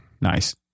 Nice